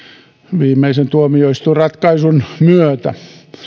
viimeisen tuomioistuinratkaisun myötä